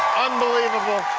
unbelievable.